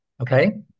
okay